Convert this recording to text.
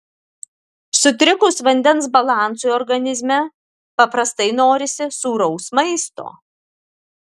sutrikus vandens balansui organizme paprastai norisi sūraus maisto